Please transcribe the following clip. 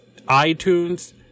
iTunes